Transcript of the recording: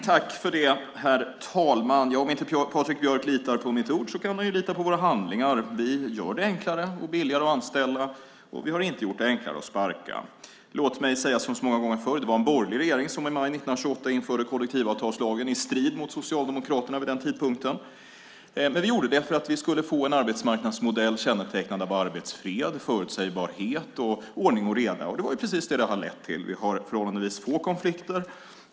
Herr talman! Om inte Patrik Björck litar på mitt ord kan han lita på våra handlingar. Vi gör det enklare och billigare att anställa; vi har inte gjort det enklare att sparka. Låt mig säga som så många gånger förr: Det var en borgerlig regering som i maj 1928 införde kollektivavtalslagen i strid mot Socialdemokraterna. Vi gjorde det för att vi skulle få en arbetsmarknadsmodell kännetecknad av arbetsfred, förutsägbarhet och ordning och reda. Det är precis det som det har lett till. Vi har förhållandevis få konflikter.